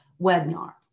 webinar